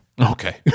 Okay